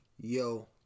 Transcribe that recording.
yo